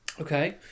okay